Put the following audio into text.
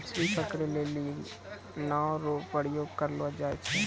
मछली पकड़ै लेली नांव रो प्रयोग करलो जाय छै